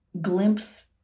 glimpse